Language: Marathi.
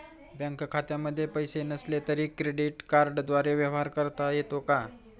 बँक खात्यामध्ये पैसे नसले तरी क्रेडिट कार्डद्वारे व्यवहार करता येतो का?